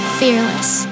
fearless